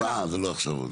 אה, זה לא עכשיו.